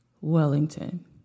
Wellington